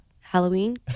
Halloween